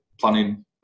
planning